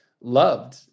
loved